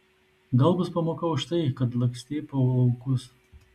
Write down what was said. gal bus pamoka už tai kad lakstei po laukus